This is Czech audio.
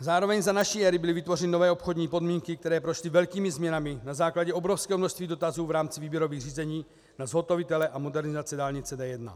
Zároveň za naší éry byly vytvořeny nové obchodní podmínky, které prošly velkými změnami na základě obrovského množství dotazů v rámci výběrových řízení na zhotovitele a modernizaci dálnice D1.